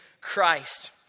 Christ